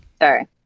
Sorry